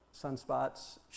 sunspots